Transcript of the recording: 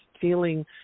feeling